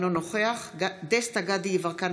אינו נוכח דסטה גדי יברקן,